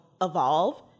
evolve